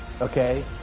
okay